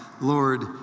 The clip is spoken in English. Lord